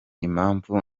impamvu